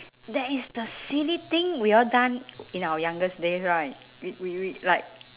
that is the silly thing we all done in our youngest day right we we we like